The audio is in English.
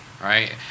right